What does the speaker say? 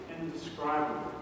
indescribable